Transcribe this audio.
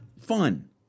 fun